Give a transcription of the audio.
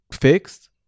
fixed